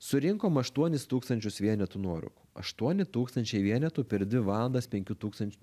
surinkom aštuonis tūkstančius vienetų nuorūkų aštuoni tūkstančiai vienetų per dvi valandas penkių tūkstančių